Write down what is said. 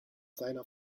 seiner